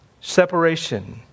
Separation